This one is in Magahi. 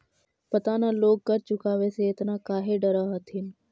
पता न लोग कर चुकावे से एतना काहे डरऽ हथिन